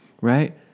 right